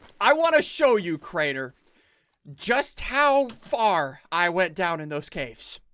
i want to show you crater just how far i went down in those case?